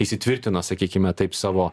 įsitvirtino sakykime taip savo